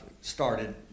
started